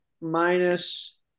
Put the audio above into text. minus